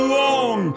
long